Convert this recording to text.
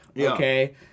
okay